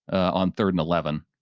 on third and eleven,